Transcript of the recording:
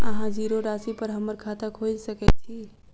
अहाँ जीरो राशि पर हम्मर खाता खोइल सकै छी?